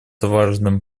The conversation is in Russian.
важным